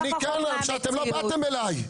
אני כאן בגלל שאתם לא באתם אליי.